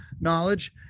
knowledge